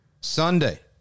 Sunday